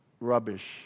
rubbish